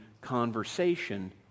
conversation